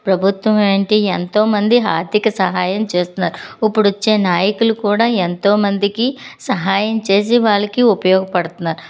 ప్రభుత్వం ఏంటి ఎంతోమంది ఆర్థిక సహాయం చేస్తున్నారు ఇప్పుడు వచ్చే నాయకులు కూడా ఎంతోమందికి సహాయం చేసి వాళ్ళకి ఉపయోగపడుతున్నారు